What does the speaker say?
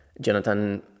Jonathan